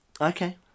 Okay